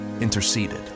interceded